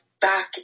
back